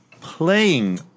playing